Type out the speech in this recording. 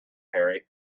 harry